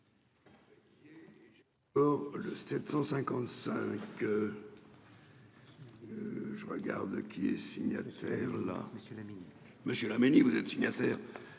...